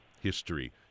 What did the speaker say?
History